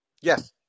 Yes